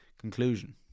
Conclusion